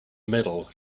middle